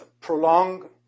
prolong